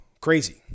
crazy